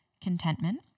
contentment